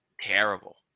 terrible